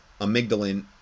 amygdalin